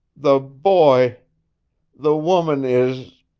the boy the woman is